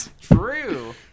True